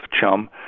Chum